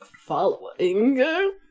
following